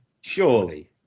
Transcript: surely